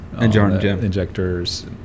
injectors